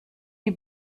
die